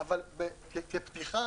אבל כפתיחה,